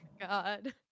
god